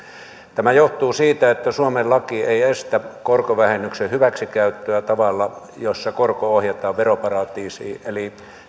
tämä johtuu siitä että suomen laki ei estä korkovähennyksen hyväksikäyttöä tavalla jossa korko ohjataan veroparatiisiin eli